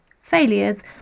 failures